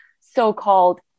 so-called